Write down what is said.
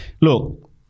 look